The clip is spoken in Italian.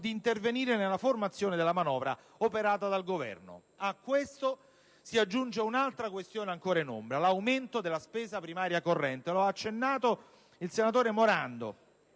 di intervenire nella formazione della manovra operata del Governo. A questo si aggiunge un'altra questione ancora in ombra: l'aumento della spesa primaria corrente, come accennato dal senatore Morando.